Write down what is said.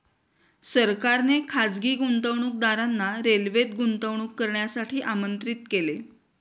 सरकारने खासगी गुंतवणूकदारांना रेल्वेत गुंतवणूक करण्यासाठी आमंत्रित केले